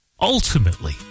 ultimately